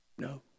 No